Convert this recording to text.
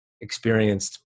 experienced